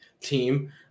team